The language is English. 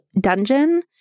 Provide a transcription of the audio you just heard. dungeon